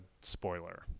spoiler